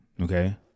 Okay